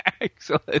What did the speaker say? Excellent